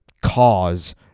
cause